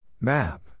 Map